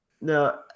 No